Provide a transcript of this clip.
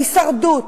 הישרדות.